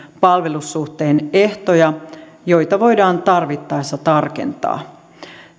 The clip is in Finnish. palvelussuhteen ehtoja joita voidaan tarvittaessa tarkentaa